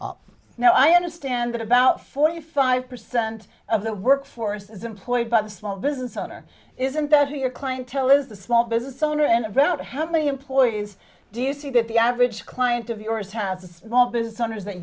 are now i understand that about forty five percent of the workforce is employed by the small business owner isn't that how your clientele is the small business owner and event how many employees do you see that the average client of yours has a small business owners that